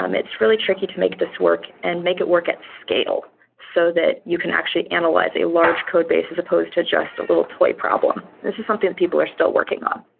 um it's really tricky to make this work and make it work at scale so that you can actually analyze a large codebase as supposed to just a little toy problem. this is something that people are still working on.